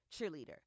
cheerleader